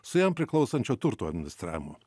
su jam priklausančio turto administravimu